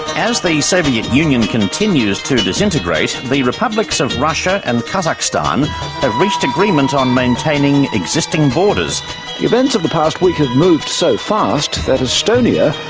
as the soviet union continues to disintegrate, the republics of russia and kazakhstan have reached agreement on maintaining existing borders. the events of the past week have moved so fast that estonia,